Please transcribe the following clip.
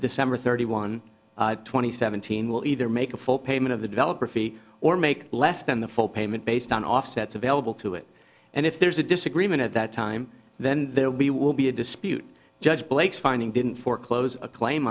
december thirty one twenty seventeen will either make a full payment of the developer fee or make less than the full payment based on offsets available to it and if there's a disagreement at that time then we will be a dispute judge blakes finding didn't foreclose a claim